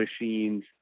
machines